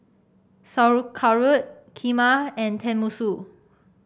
Sauerkraut Kheema and Tenmusu